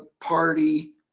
party